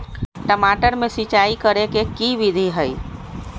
टमाटर में सिचाई करे के की विधि हई?